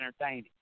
entertaining